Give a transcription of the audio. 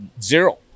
zero